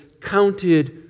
counted